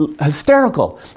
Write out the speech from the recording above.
hysterical